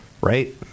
right